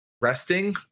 resting